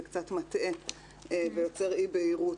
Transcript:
זה קצת מטעה ויוצר אי בהירות,